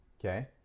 okay